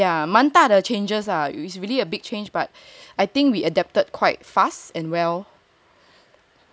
yeah 满大的 changes ah is really a big change but I think we adapted quite fast and well